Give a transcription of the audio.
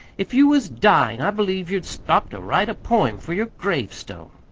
if you was dyin' i believe you'd stop to write a poem for yer gravestone!